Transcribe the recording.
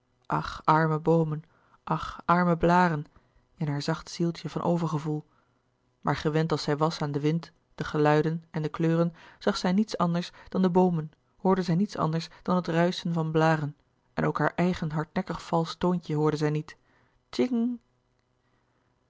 ach arme boomen ach arme blâren in haar zacht zieltje van overgevoel maar gewend als zij was aan den wind de geluiden en de kleuren zag zij niets anders dan de boomen hoorde zij niet anders dan het ruischen van blâren en ook haar eigen hardnekkig valsch toontje hoorde zij niet tjing